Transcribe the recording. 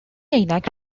عینک